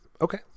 Okay